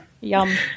Yum